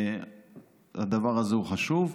הדבר הזה הוא חשוב.